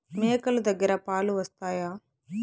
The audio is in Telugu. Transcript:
మేక లు దగ్గర పాలు వస్తాయా?